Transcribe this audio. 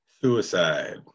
Suicide